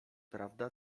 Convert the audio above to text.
prawda